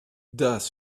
does